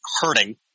hurting